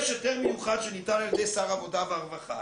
יש היתר מיוחד שניתן על ידי שר העבודה והרווחה